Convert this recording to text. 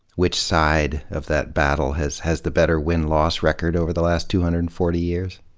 which side of that battle has has the better win-loss record over the last two hundred and forty years?